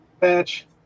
patch